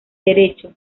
derecho